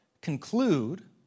conclude